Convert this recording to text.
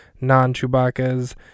non-Chewbacca's